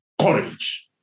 courage